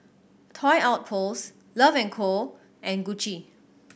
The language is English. Toy Outpost Love and Co and Gucci